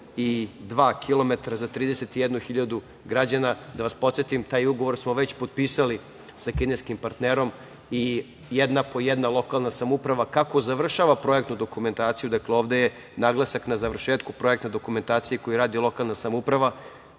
za 31.000 građana. Da vas podsetim, taj ugovor smo već potpisali sa kineskim partnerom i jedna po jedna lokalna samouprava kako završava projektnu dokumentaciju, dakle ovde je naglasak na završetku projektne dokumentacije koju radi lokalna samouprava,